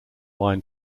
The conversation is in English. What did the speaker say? wine